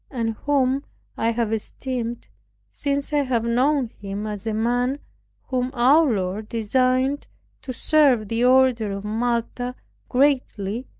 and whom i have esteemed since i have known him, as a man whom our lord designed to serve the order of malta greatly,